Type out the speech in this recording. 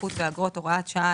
התמחות ואגרות)(הוראת שעה),